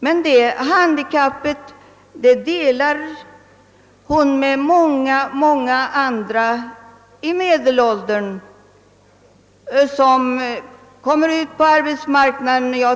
Men det handikappet delar hon med många, många andra i medelåldern.